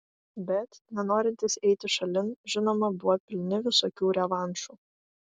bet nenorintys eiti šalin žinoma buvo pilni visokių revanšų